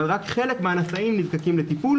אבל רק חלק מהנשאים נזקקים לטיפול.